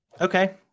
Okay